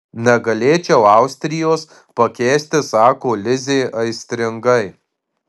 negalėčiau austrijos pakęsti sako lizė aistringai